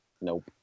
nope